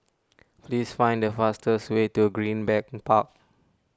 please find the fastest way to Greenbank Park